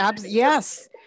Yes